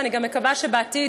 ואני גם מקווה שבעתיד